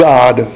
God